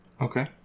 Okay